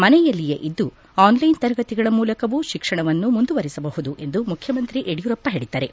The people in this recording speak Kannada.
ಮನೆಯಲ್ಲಿಯೇ ಇದ್ದು ಆನ್ಲೈನ್ ತರಗತಿಗಳ ಮೂಲಕವೂ ಶಿಕ್ಷಣವನ್ನು ಮುಂದುವರಿಸಬಹುದು ಎಂದು ಮುಖ್ಯಮಂತ್ರಿ ಯಡಿಯೂರಪ್ಪ ಹೇಳಿದ್ದಾರೆ